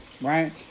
right